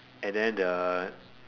and then the